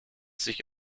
sich